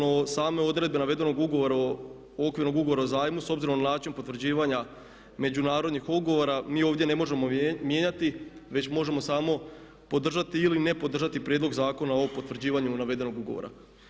No, same odredbe navedenog ugovora, Okvirnog ugovora o zajmu s obzirom na način potvrđivanja međunarodnih ugovora mi ovdje ne možemo mijenjati već možemo samo podržati ili ne podržati Prijedlog zakona o potvrđivanju navedenog ugovora.